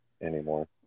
anymore